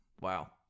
Wow